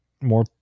more